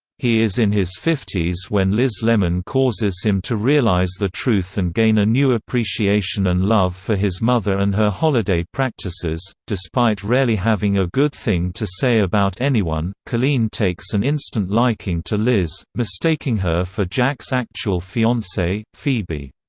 he is in his fifty s when liz lemon causes him to realize the truth and gain a new appreciation and love for his mother and her holiday practices despite rarely having a good thing to say about anyone, colleen takes an instant liking to liz, mistaking her for jack's actual fiancee, phoebe.